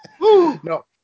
No